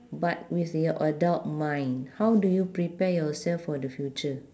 but with your adult mind how do you prepare yourself for the future